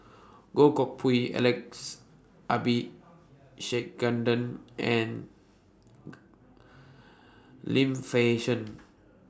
Goh Koh Pui Alex Abisheganaden and Lim Fei Shen